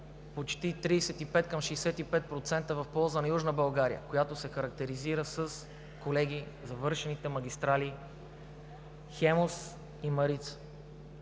почти 35 към 65% в полза на Южна България, която се характеризира, колеги, със завършените магистрали „Хемус“ и „Марица“.